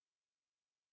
okay sure